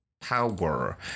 power